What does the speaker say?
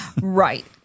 Right